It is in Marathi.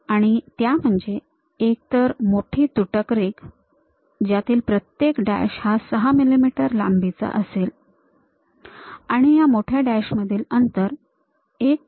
आणि त्या म्हणजे एकतर मोठी तुटक रेघ ज्यातील प्रत्येक डॅश हा ६ मिमी लांबीचा असेल आणि या मोठ्या डॅश मधील अंतर १